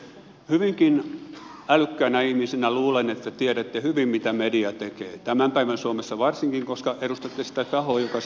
hyvinkin älykkäänä ihmisenä luulen että tiedätte hyvin mitä media tekee tämän päivän suomessa varsinkin koska edustatte sitä tahoa joka sen omistaa